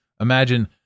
imagine